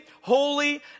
holy